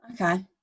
Okay